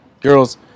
girls